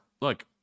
Look